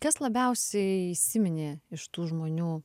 kas labiausiai įsiminė iš tų žmonių